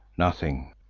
nothing.